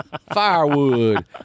firewood